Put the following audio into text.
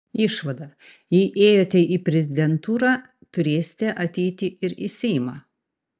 išvada jei ėjote į prezidentūrą turėsite ateiti ir į seimą